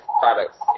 products